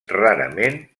rarament